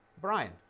Brian